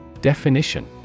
Definition